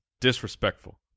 Disrespectful